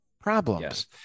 problems